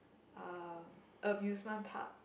uh amusement park